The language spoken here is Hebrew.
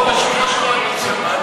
אתה, יו"ר קואליציה.